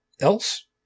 else